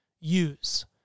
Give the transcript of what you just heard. use